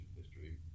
history